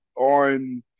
on